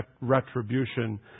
retribution